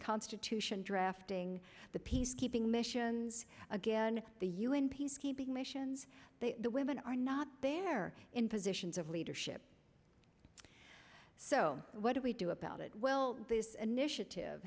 constitution drafting the peacekeeping missions again the un peacekeeping missions the women are not there in positions of leadership so what do we do about it well this initiative